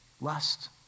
Lust